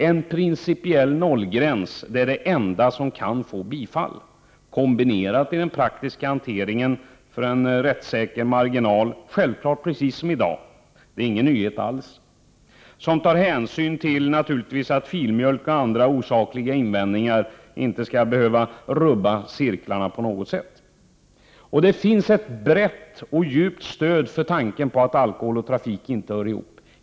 En principiell nollgräns är det enda som kan få bifall, i kombination med — som i dag: det är ingen nyhet alls — en i den praktiska hanteringen rättssäker gräns. Hänvisningar till filmjölk och andra osakliga invändningar skall inte behöva rubba cirklarna på något sätt. Det finns ett brett och djupt stöd för tanken på att alkohol och trafik inte hör ihop.